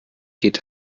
geht